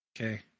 Okay